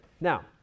Now